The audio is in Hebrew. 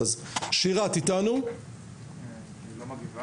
אורית מלכה